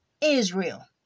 Israel